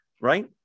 right